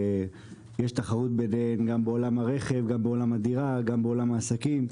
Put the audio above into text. יש תחרות ביניהן בעולם הרכב, הדירות והעסקים.